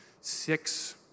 six